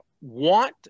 want